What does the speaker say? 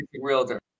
realtor